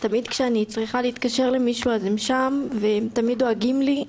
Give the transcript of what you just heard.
תמיד כשאני צריכה להתקשר למישהו הם שם והם תמיד דואגים לי.